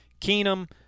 Keenum